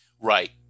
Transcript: Right